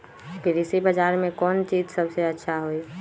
कृषि बजार में कौन चीज सबसे अच्छा होई?